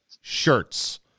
shirts